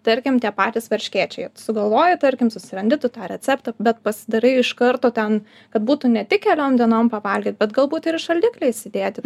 tarkim tie patys varškėčiai sugalvoji tarkim susirandi tu tą receptą bet pasidarai iš karto ten kad būtų ne tik keliom dienom pavalgyt bet galbūt ir į šaldiklį įsidėti